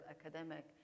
academic